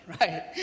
right